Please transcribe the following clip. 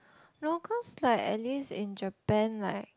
no cause like at least in Japan like